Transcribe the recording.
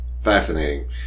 Fascinating